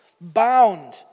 bound